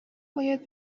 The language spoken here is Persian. باید